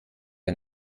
ein